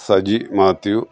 Saji Mathew